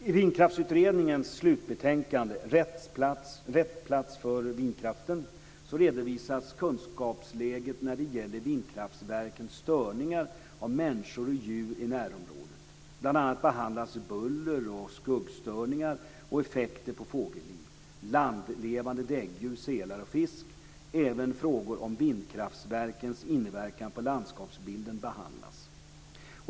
I Vindkraftsutredningens slutbetänkande Rätt plats för vindkraften redovisas kunskapsläget när det gäller vindkraftverkens störningar av människor och djur i närområdet. Bl.a. behandlas buller och skuggstörningar och effekter på fågelliv, landlevande däggdjur, sälar och fisk. Även frågor om vindkraftverkens inverkan på landskapsbilden behandlas.